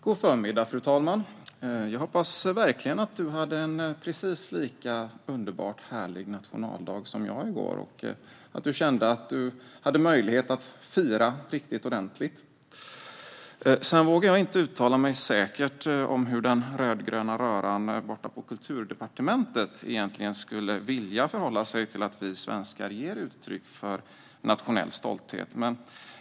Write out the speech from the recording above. Fru talman! God förmiddag! Jag hoppas verkligen att du hade en lika underbart härlig nationaldag som jag hade i går och kände att du hade möjlighet att fira ordentligt. Sedan vågar jag inte uttala mig säkert om hur den rödgröna röran borta på Kulturdepartementet egentligen skulle vilja förhålla sig till att vi svenskar ger uttryck för nationell stolthet.